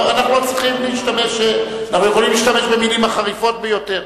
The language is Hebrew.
אנחנו יכולים להשתמש במלים החריפות ביותר.